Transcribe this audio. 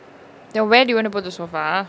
then where do you wanna put the sofa